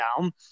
down